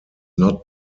not